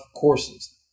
courses